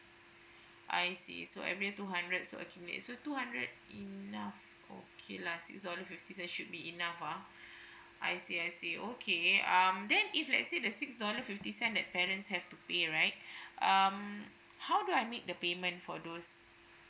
I see so every two hundred to accumulate so two hundred enough okay lah six dollar fifty cents should be enough ah I see I see okay um then if let's say the six dollar fifty cent that parents have to pay right um how do I make the payment for those